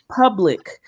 public